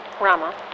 Rama